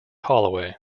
holloway